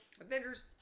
Avengers